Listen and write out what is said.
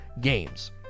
games